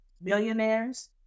millionaires